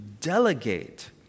delegate